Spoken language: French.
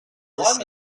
dix